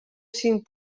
cinc